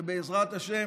ובעזרת השם